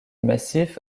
massif